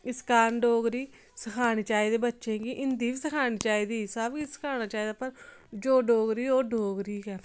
इस कारण डोगरी सखानी चाहिदी बच्चें गी हिंदी बी सखानी चाहिदी सब किश सखाना चाहिदा पर जो डोगरी ऐ ओह् डोगरी गै